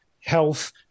health